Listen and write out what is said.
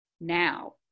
now